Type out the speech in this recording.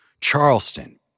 Charleston